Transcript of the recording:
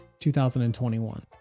2021